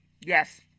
Yes